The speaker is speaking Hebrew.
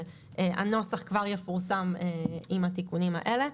והנוסח כבר יפורסם עם התיקונים האלה: